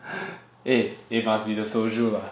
eh it must be the soju lah